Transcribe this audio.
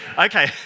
Okay